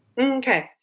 Okay